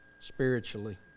spiritually